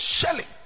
Shelly